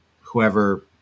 whoever